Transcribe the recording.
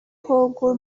کنکور